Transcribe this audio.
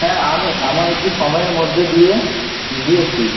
হ্যাঁ আমি এমন একটি সময়ের মধ্য দিয়ে গিয়েছি